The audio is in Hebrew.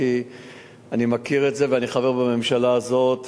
כי אני מכיר את זה ואני חבר בממשלה הזאת,